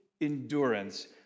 endurance